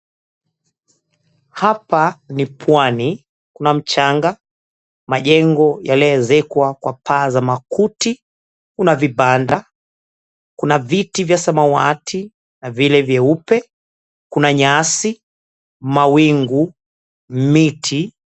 Hapa ni pwani kuna mchanga, majengo yaliyoezekwa kwa paa za makuti, kuna vibanda, kuna viti vya samawati na vile vyeupe, kuna nyasi, mawingu, miti.